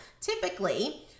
Typically